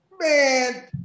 Man